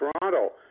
Toronto